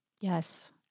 Yes